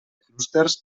clústers